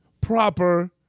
proper